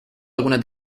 algunas